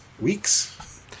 weeks